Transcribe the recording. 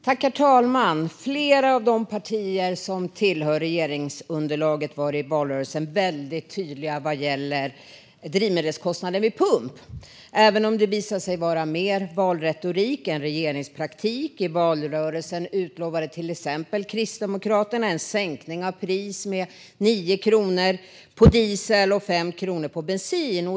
Herr talman! Flera av de partier som tillhör regeringsunderlaget var i valrörelsen väldigt tydliga vad gäller drivmedelskostnader vid pump. Det visade sig vara mer valretorik än regeringspraktik. I valrörelsen utlovade till exempel Kristdemokraterna en sänkning av priset med 9 kronor per liter diesel och 5 kronor per liter bensin.